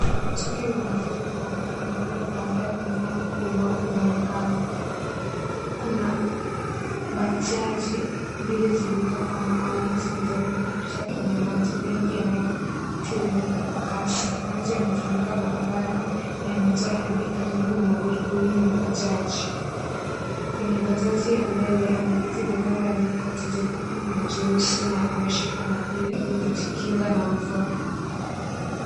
Tukio la mafuriko makali labda baada ya mvua kubwa, inaonekana. Kuna bajaji mbili zilizokwama au zikijaribu kupita kwenye maji mengi yanayotiririka kwa kasi. Maji yamefunika barabara, yamejaa hadi karibu na magurudumu ya bajaji. Kwenye bajaji ya mbele, ameketi dereva aliye koti jekundu na jeusi na ameshika mwavuli ili kujikinga na mvua.